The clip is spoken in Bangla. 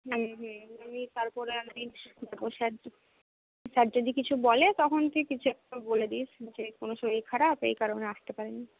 হুম হুম আমি তারপরে একদিন স্যার স্যার যদি কিছু বলে তখন তুই কিছু একটা বলে দিস যে কোনো শরীর খারাপ এই কারণে আসতে পারেনি